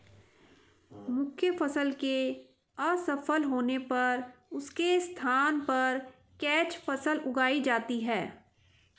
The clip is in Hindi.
मुख्य फसल के असफल होने पर उसके स्थान पर कैच फसल उगाई जाती है